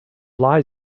lies